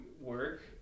work